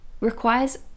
requires